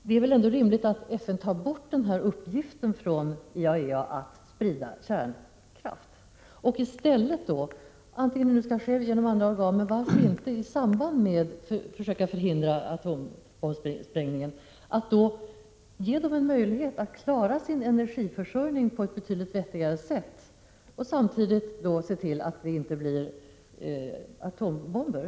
Det är väl ändå rimligt att FN tar bort uppgiften att sprida kärnkraft och i stället, gärna genom andra organ men varför inte i samband med att man försöker förhindra atombombsspridningen, ger dem en möjlighet att klara sin energiförsörjning på ett betydligt vettigare sätt och samtidigt ser till att det inte blir några atombomber.